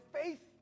faith